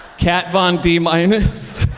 kat von d minus.